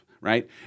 right